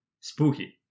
spooky